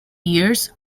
years